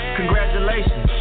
congratulations